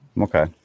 Okay